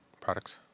products